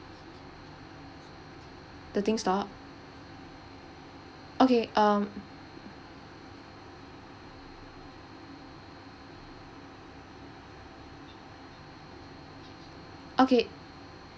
the thing stop okay um okay